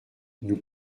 nous